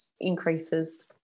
increases